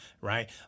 Right